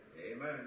Amen